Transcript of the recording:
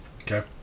Okay